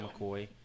McCoy